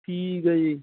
ਠੀਕ ਹੈ ਜੀ